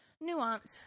nuance